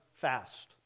fast